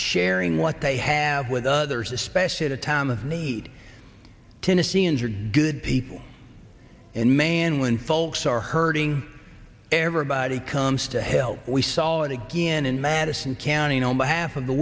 sharing what they have with others especially at a time of need tennesseans are good people and man when folks are hurting everybody comes to help we saw it again in madison county on behalf of the